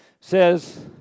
says